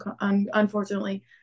unfortunately